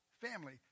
family